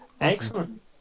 Excellent